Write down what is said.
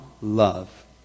love